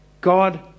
God